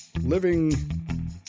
Living